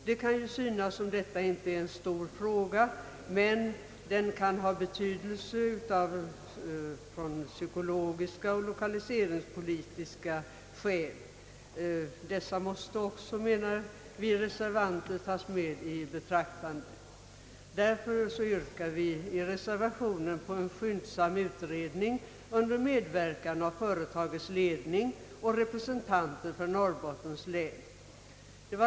Det kan ju synas som om detta inte är en stor fråga, men den kan ha betydelse av psykologiska och lokaliseringspolitiska skäl, och vi reservanter anser att dessa också bör tas med i betraktandet. Därför yrkar vi i reservationen på en skyndsam utredning under medverkan av företagets ledning och representanter för Norrbottens län.